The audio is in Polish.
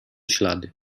ślady